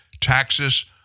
Taxes